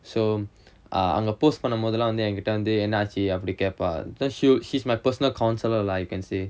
so அங்க:anga post பண்ணமோதெல்லாம் வந்து என்கிட்ட வந்து என்னாச்சு அப்படி கேப்பா:pannamothellaam vanthu enkitta vanthu ennaachu appadi kaeppaa she's my personal counsellor lah you can say